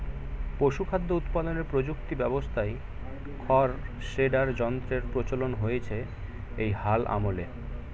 পশুখাদ্য উৎপাদনের প্রযুক্তি ব্যবস্থায় খড় শ্রেডার যন্ত্রের প্রচলন হয়েছে এই হাল আমলে